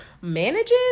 manages